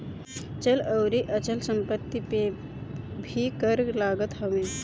चल अउरी अचल संपत्ति पे भी कर लागत हवे